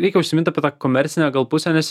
reikia užsimint apie komercinę gal pusę nes